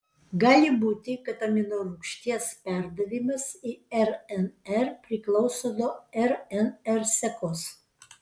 gali būti kad aminorūgšties perdavimas į rnr priklauso nuo rnr sekos